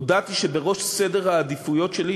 הודעתי שבראש סדר העדיפויות שלי,